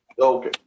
Okay